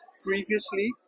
previously